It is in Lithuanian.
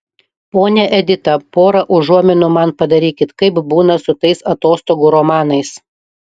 ponia edita pora užuominų man padarykit kaip būna su tais atostogų romanais